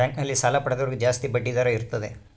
bank ನಲ್ಲಿ ಸಾಲ ಪಡೆದವರಿಗೆ ಜಾಸ್ತಿ ಬಡ್ಡಿ ದರ ಇರುತ್ತದೆ